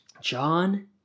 John